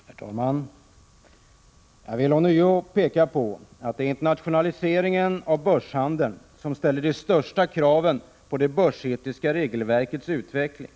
Herr talman! Jag vill ånyo peka på att det är internationaliseringen av börshandeln som ställer de största kraven på det börsetiska regelverkets utveckling.